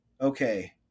okay